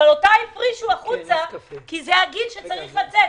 אבל אותה הפרישו החוצה כי זה הגיל שבו צריך לצאת.